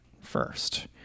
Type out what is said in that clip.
first